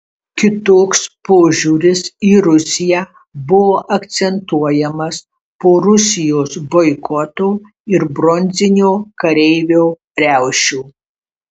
kitoks požiūris į rusiją buvo akcentuojamas po rusijos boikoto ir bronzinio kareivio riaušių